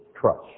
trust